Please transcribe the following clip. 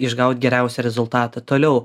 išgaut geriausią rezultatą toliau